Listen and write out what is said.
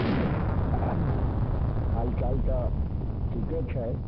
हुँ हाल चाल तऽ ठिके छै